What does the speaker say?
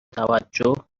توجه